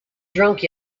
drunk